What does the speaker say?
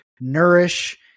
nourish